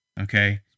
Okay